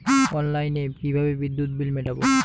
অনলাইনে কিভাবে বিদ্যুৎ বিল মেটাবো?